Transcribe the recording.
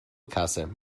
kasse